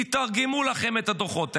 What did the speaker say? תתרגמו לכם את הדוחות האלה,